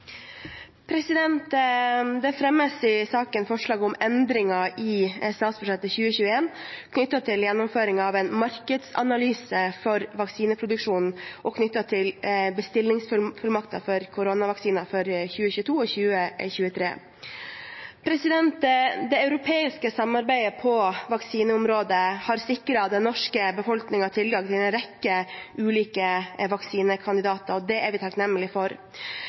minutter. Det fremmes i saken forslag om endringer i statsbudsjettet for 2021 knyttet til gjennomføring av en markedsanalyse for vaksineproduksjon og knyttet til bestillingsfullmakter for koronavaksinen for 2022 og 2023. Det europeiske samarbeidet på vaksineområdet har sikret den norske befolkningen tilgang til en rekke ulike vaksinekandidater, og det er vi takknemlige for.